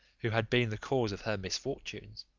who had been the cause of her misfortunes.